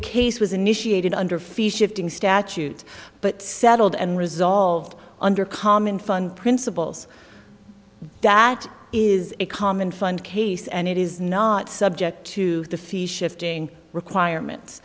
a case was initiated under fees shifting statute but settled and resolved under common fun principles that is a common fund case and it is not subject to the fee shifting requirements